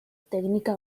teknika